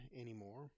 anymore